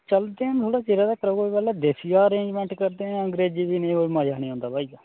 चलदे न थोह्ड़े चिरे तकर पर पैह्ले देसी दा अरेंजमेंट करदे न अंग्रेजी दी नि कोई मजा नि औंदा इन्ना